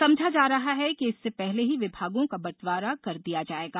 समझा जा रहा है कि इससे पहले ही विभागों का बंटवारा कर दिया जाएगा